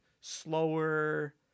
slower